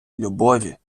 любові